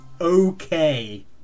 okay